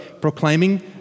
proclaiming